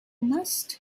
must